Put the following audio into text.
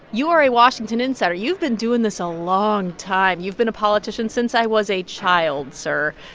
you are a washington insider. you've been doing this a long time. you've been a politician since i was a child, sir.